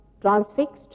transfixed